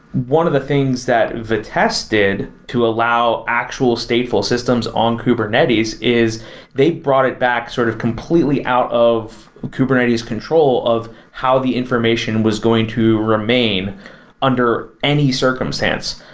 one of the things that vitess did to allow actual stateful systems on kubernetes is they brought it back sort of completely out of kubernetes control of how the information was going to remain under any circumstance.